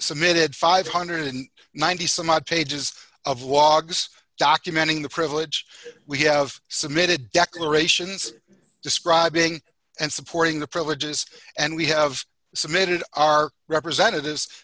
submitted five hundred and ninety some odd pages of logs document in the privilege we have submitted declarations describing and supporting the privileges and we have submitted our representatives